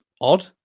odd